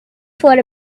thought